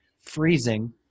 freezing